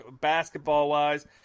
basketball-wise